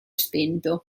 spento